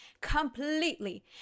completely